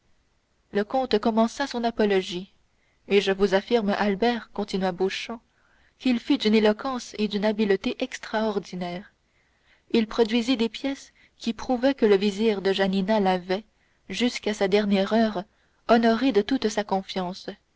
le comte commença son apologie et je vous affirme albert continua beauchamp qu'il fut d'une éloquence et d'une habileté extraordinaires il produisit des pièces qui prouvaient que le vizir de janina l'avait jusqu'à sa dernière heure honoré de toute sa confiance